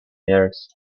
years